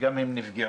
שהם גם נפגעו,